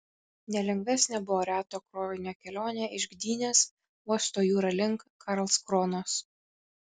nelengvesnė buvo reto krovinio kelionė iš gdynės uosto jūra link karlskronos